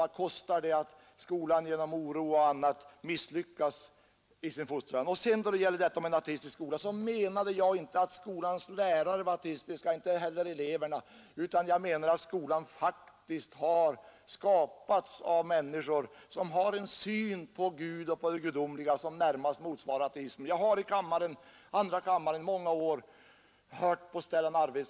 Vad kostar det att skolan genom oro och annat misslyckas i sin fostran? Vad beträffar detta med en ateistisk skola, så menade jag inte att skolans lärare var ateistiska och inte heller eleverna, utan jag menade att skolan faktiskt har skapats av människor som har en syn på Gud och på det gudomliga som närmast motsvarar ateismen, Jag har i andra kammaren många gånger hört Stellan Arvidson.